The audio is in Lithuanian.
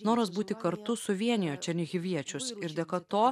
noras būti kartu suvienijo černihiviečius ir dėka to